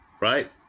right